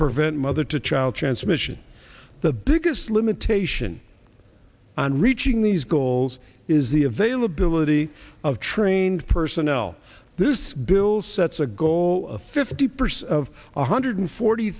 prevent mother to child transmission the biggest limitation on reaching these goals is the availability of trained personnel this bill sets a goal of fifty percent of one hundred forty